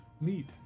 Neat